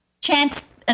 chance